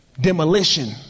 Demolition